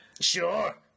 Sure